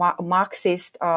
Marxist